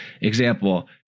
Example